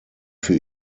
für